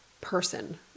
person